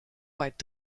weit